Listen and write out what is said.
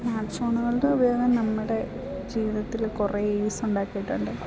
smart ഫോണുകൾടെ ഉപയോഗം നമ്മുടെ ജീവിതത്തിൽ കുറെ ഈസ് ഉണ്ടാക്കീട്ടുണ്ട്